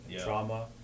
trauma